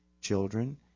children